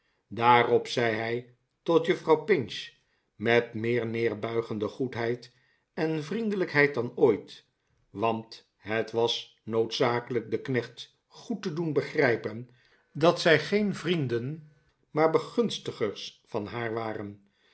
daarop zei hij tot juffrouw pinch met meer neerbuigende goedheid en vriendelijkheid dan ooit want het was noodzakelijk den knecht goed te doen begrijpen dat zij geen vrienden maar begunstigers van haar waren